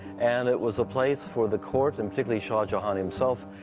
and it was a place for the court, and particularly shah jahan himself,